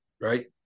right